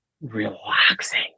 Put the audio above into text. relaxing